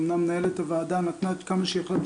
אומנם מנהלת הוועדה נתנה תשובות עד כמה שיכלה,